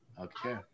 Okay